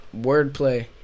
wordplay